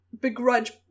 begrudge